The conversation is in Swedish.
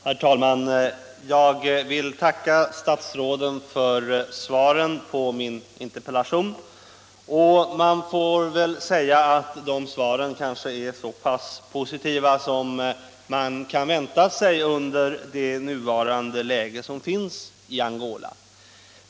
Herr talman! Jag vill tacka statsråden för svaren på min interpellation. Man får väl säga att de är så pass positiva som man kan vänta sig under nuvarande läge i Angola.